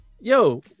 yo